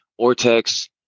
Ortex